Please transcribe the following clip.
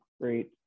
Great